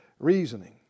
reasoning